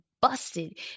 busted